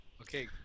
Okay